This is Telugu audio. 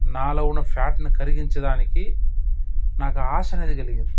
నాలో ఉన్న ఫ్యాట్ని కరిగించడానికి నాకు ఆశ అనేది కలిగింది